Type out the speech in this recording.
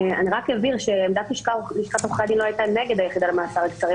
אני רק אבהיר שעמדת לשכת עורכי הדין לא הייתה נגד היחידה למאסרים קצרים.